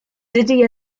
dydi